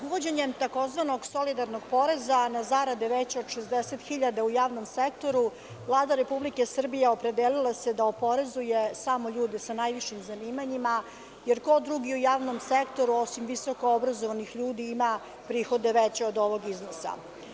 Uvođenjem tzv. solidarnog poreza na zarade veće od 60.000 u javnom sektoru, Vlada Republike Srbije opredelila se da oporezuje samo ljude sa najvišim zanimanjima, jer ko drugi u javnom sektoru, osim visoko obrazovanih ljudi, ima prihode veće od tog iznosa.